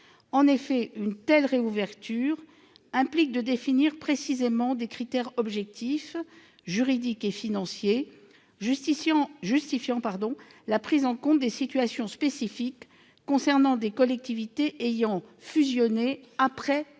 En effet, une telle réouverture implique de définir précisément des critères objectifs, juridiques et financiers, justifiant la prise en compte des situations spécifiques concernant des collectivités ayant fusionné après